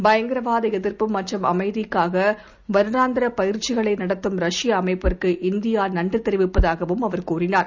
பயங்கரவாதஎதிர்ப்புமற்றும்அமைதிக்காகவருடாந்திரபயிற்சிகளைநடத்தும்ரஷ்ய அமைப்பிற்குஇந்தியாநன்றிதெரிவிப்பதாகவும்அவர்தெரிவித்தார்